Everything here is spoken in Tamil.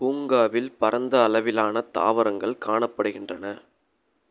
பூங்காவில் பரந்த அளவிலான தாவரங்கள் காணப்படுகின்றன